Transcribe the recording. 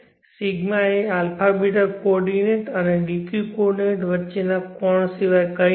ρ એ αβ કોઓર્ડિનેટ અને dq coordinate વચ્ચેના કોણ સિવાય કંઈ નથી